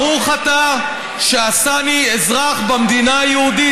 ברוך אתה שעשני אזרח במדינה היהודית.